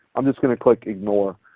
i'm just going to click ignore.